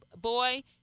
boy